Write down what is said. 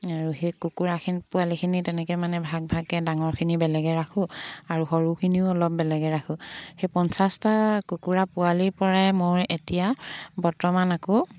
আৰু সেই কুকুৰাখিনি পোৱালিখিনি তেনেকৈ মানে ভাগ ভাগকৈ ডাঙৰখিনি বেলেগে ৰাখোঁ আৰু সৰুখিনিও অলপ বেলেগে ৰাখোঁ সেই পঞ্চাছটা কুকুৰা পোৱালিৰ পৰাই মোৰ এতিয়া বৰ্তমান আকৌ